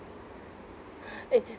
eh